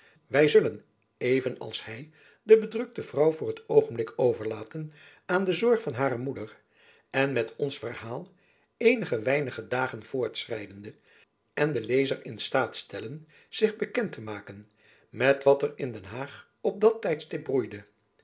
wy zullen even als hy de bedrukte vrouw voor t oogenblik overlaten aan de zorg van hare moeder en met ons verhaal eenige weinige dagen voortschrijdende den lezer in staat stellen zich bekend te maken met wat er in den haag op dat